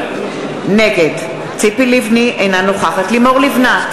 נגד ציפי לבני, אינה נוכחת לימור לבנת,